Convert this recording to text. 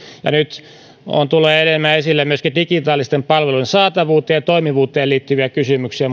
ja nyt tulee enemmän esille myöskin digitaalisten palveluiden saatavuuteen ja toimivuuteen liittyviä kysymyksiä